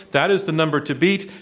that is the number to beat.